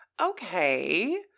okay